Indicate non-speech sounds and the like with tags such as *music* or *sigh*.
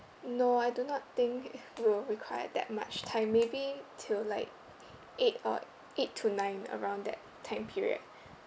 no I do not think *laughs* we will require that much time maybe till like eight or eight to nine around that time period